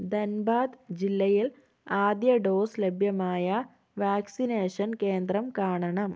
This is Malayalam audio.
ധൻബാദ് ജില്ലയിൽ ആദ്യ ഡോസ് ലഭ്യമായ വാക്സിനേഷൻ കേന്ദ്രം കാണണം